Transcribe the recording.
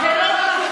זה לא פחות.